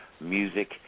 Music